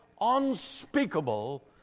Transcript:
unspeakable